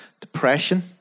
depression